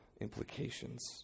implications